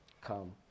come